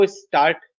start